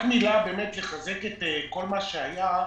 רק מילה לחזק את כל מה שהיה בישיבה,